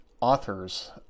authors